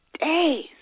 days